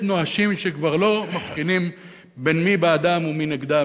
נואשים שכבר לא מבחינים מי בעדם ומי נגדם.